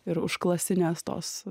ir užklasinės tos